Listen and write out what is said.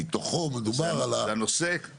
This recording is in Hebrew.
מתוכו מדובר על --- זה הנושא,